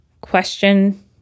question